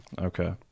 Okay